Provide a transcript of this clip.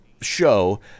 show